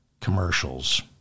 commercials